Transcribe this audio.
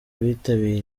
bitabiriye